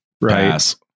right